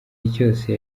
gihe